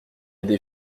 des